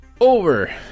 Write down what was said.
over